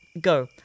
Go